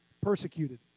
persecuted